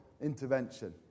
intervention